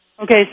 Okay